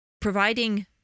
providing